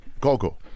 Gogo